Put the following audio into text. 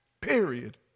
period